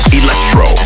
electro